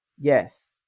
Yes